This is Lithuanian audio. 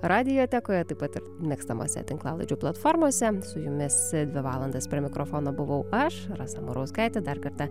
radiotekoje taip pat ir mėgstamose tinklalaidžių platformose su jumis dvi valandas prie mikrofono buvau aš rasa murauskaitė dar kartą